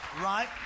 Right